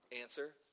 Answer